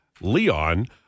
Leon